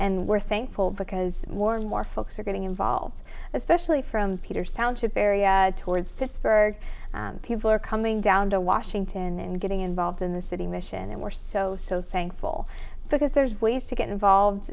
and we're thankful because more and more folks are getting involved especially from peters township area towards despard people are coming down to washington and getting involved in the city mission and we're so so thankful because there's ways to get involved